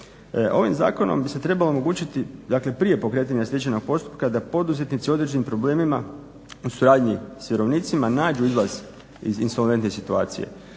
Ovim zakonom bi se trebalo omogućiti, dakle prije pokretanja stečajnog postupka da poduzetnici u određenim problemima u suradnji s vjerovnicima nađu izlaz iz insolventne situacije.